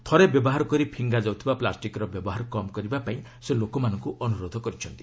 ଥରେ ବ୍ୟବହାର କରି ଫିଙ୍ଗାଯାଉଥିବା ପ୍ଲାଷ୍ଟିକ୍ର ବ୍ୟବହାର କମ୍ କରିବାପାଇଁ ସେ ଲୋକମାନଙ୍କୁ ଅନୁରୋଧ କରିଛନ୍ତି